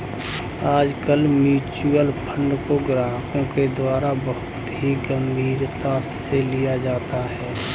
आजकल mutual fund को ग्राहकों के द्वारा बहुत ही गम्भीरता से लिया जाता है